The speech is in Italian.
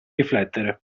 riflettere